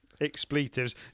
expletives